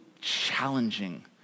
challenging